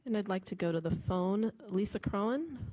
and i'd like to go to the phone. lisa croen,